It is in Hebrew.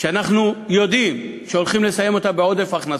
שאנחנו יודעים שהולכים לסיים אותה בעודף הכנסות,